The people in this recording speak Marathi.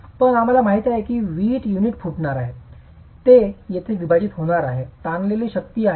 पण आम्हाला माहित आहे की वीट युनिट फुटणार आहे ते येथे विभाजित होणार आहे ताणलेली शक्ती आहे